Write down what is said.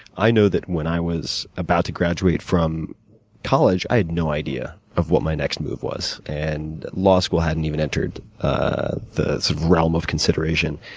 i know that when i was about to graduate from college, i had no idea of what my next move was, and law school hadn't even entered ah the realm of consideration.